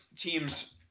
teams